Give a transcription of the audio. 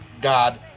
god